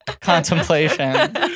contemplation